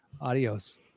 Adios